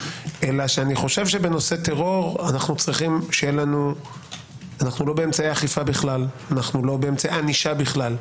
אלא שבנושא טרור אנחנו לא באמצעי אכיפה בכלל ולא באמצעי ענישה בכלל,